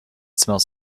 smells